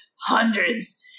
hundreds